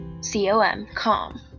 C-O-M-com